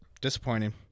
disappointing